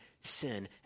sin